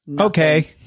Okay